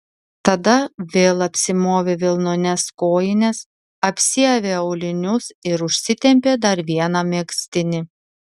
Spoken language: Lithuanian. tada vėl apsimovė vilnones kojines apsiavė aulinius ir užsitempė dar vieną megztinį